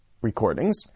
recordings